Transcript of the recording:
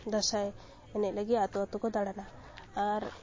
ᱫᱟᱥᱟᱸᱭ ᱮᱱᱮᱡ ᱞᱟᱹᱜᱤᱫ ᱟᱛᱳ ᱟᱛᱳ ᱠᱚ ᱫᱟᱬᱟᱱᱟ ᱟᱨ